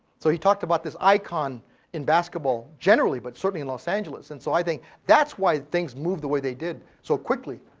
so, he talked about this icon in basketball, generally, but certainly in los angeles. and so, i think that's why things move the way they did so quickly.